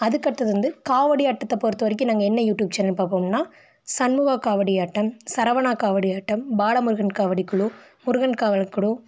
அதுக்கு அடுத்தது வந்து காவடி ஆட்டத்தை பொறுத்த வரைக்கும் நாங்கள் என்ன யூடியூப் சேனல் பார்ப்போம்னா சண்முகா காவடி ஆட்டம் சரவணா காவடி ஆட்டம் பாலமுருகன் காவடி குழு முருகன் காவடி குழு